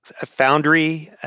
Foundry